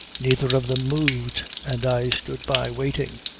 neither of them moved, and i stood by waiting.